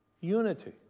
Unity